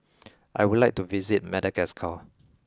I would like to visit Madagascar